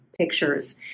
pictures